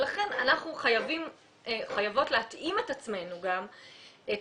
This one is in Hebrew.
לכן אנחנו חייבות להתאים את עצמנו תוך